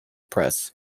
press